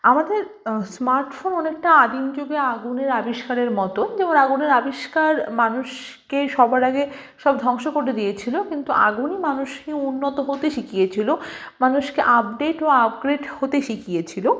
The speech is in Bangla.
আমাদের স্মার্টফোন অনেকটা আদিমযুগে আগুনের আবিষ্কারের মতো যেমন আগুনের আবিষ্কার মানুষকে সবার আগে সব ধ্বংস করে দিয়েছিলো কিন্তু আগুনই মানুষকে উন্নত হতে শিখিয়েছিলো মানুষকে আপডেট ও আপগ্রেড হতে শিখিয়েছিলো